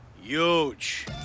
Huge